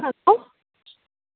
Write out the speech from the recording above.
hello